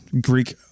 Greek